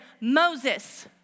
Moses